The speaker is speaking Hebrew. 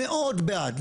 מאוד בעד,